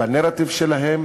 בנרטיב שלהם,